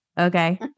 Okay